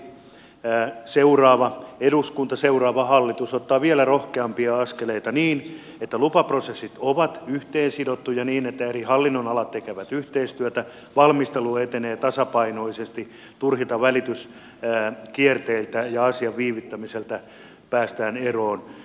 toivottavasti seuraava eduskunta seuraava hallitus ottaa vielä rohkeampia askeleita niin että lupaprosessit ovat yhteensidottuja niin että eri hallinnonalat tekevät yhteistyötä valmistelu etenee tasapainoisesti turhista valituskierteistä ja asian viivyttämisestä päästään eroon